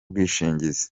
bwishingizi